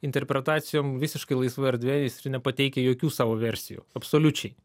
interpretacijom visiškai laisva erdvė jis ir nepateikia jokių savo versijų absoliučiai